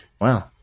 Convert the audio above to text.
Wow